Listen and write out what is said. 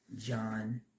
John